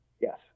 Yes